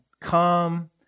come